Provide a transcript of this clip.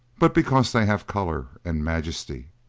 but because they have color and majesty,